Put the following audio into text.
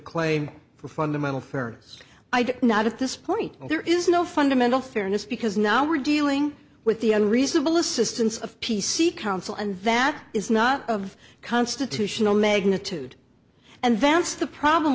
claim for fundamental fairness i did not at this point there is no fundamental fairness because now we're dealing with the unreasonable assistance of p c counsel and that is not of constitutional magnitude and that's the problem